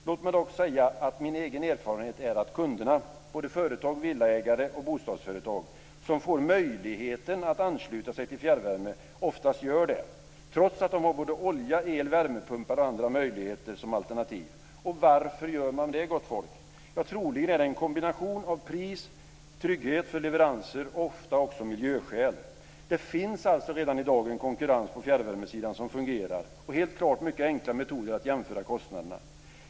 Låt mig dock säga att min egen erfarenhet är att kunder, både företag, villaägare och bostadsföretag, som får möjlighet att ansluta sig till fjärrvärme oftast gör detta, trots att de har olja, el, värmepumpar och andra möjligheter som alternativ. Och varför gör man det, gott folk? Ja, troligen beror det på en kombination av pris, trygghet vid leveranser och ofta också miljöskäl. Det finns alltså redan i dag en konkurrens på fjärrvärmesidan som fungerar, och helt klart mycket enkla metoder för att jämföra kostnaderna.